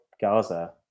Gaza